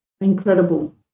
incredible